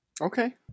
okay